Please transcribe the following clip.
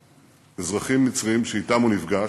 אזרחים מצרים שאתם הוא נפגש,